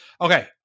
Okay